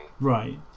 right